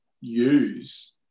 use